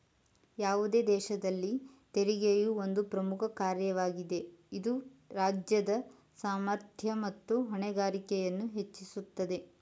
ಯಾವುದೇ ದೇಶದಲ್ಲಿ ತೆರಿಗೆಯು ಒಂದು ಪ್ರಮುಖ ಕಾರ್ಯವಾಗಿದೆ ಇದು ರಾಜ್ಯದ ಸಾಮರ್ಥ್ಯ ಮತ್ತು ಹೊಣೆಗಾರಿಕೆಯನ್ನು ಹೆಚ್ಚಿಸುತ್ತದೆ